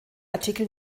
artikel